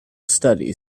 studies